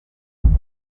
loni